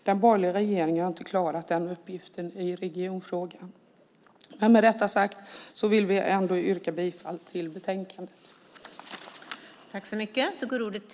Den borgerliga regeringen har inte klarat den uppgiften i regionfrågan. Men med detta sagt vill vi ändå yrka bifall till förslaget i betänkandet.